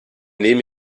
nehme